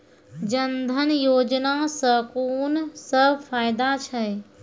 जनधन योजना सॅ कून सब फायदा छै?